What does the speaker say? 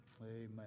Amen